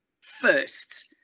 first